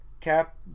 Cap